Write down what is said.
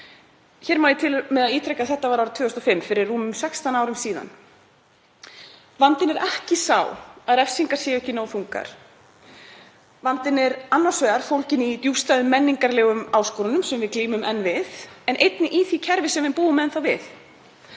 Hér má ég til með að ítreka að þetta var árið 2005, fyrir rúmum 16 árum. Vandinn er ekki sá að refsingar séu ekki nógu þungar. Vandinn er annars vegar fólginn í djúpstæðum menningarlegum áskorunum sem við glímum enn við, en einnig í því kerfi sem við búum enn við